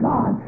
God